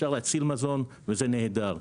אפשר להציל מזון וזה נהדר,